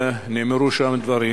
נאמרו שם דברים,